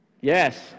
Yes